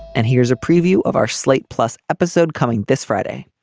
and here's a preview of our slate plus episode coming this friday